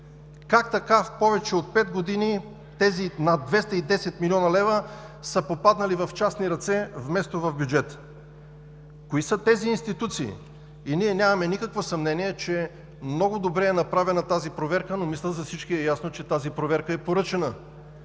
Как така повече от пет години тези над 210 млн. лв. са попаднали в частни ръце, вместо в бюджета? Кои са тези институции? И ние нямаме никакво съмнение, че много добре е направена тази проверка, но мисля, че за всички е ясно, че тази проверка е поръчана.